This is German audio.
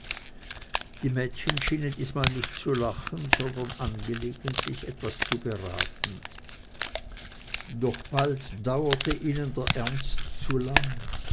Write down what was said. die mädchen schienen diesmal nicht zu lachen sondern angelegentlich etwas zu beraten doch bald dauerte ihnen der ernst zu lang